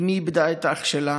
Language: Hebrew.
אמי איבדה את אח שלה,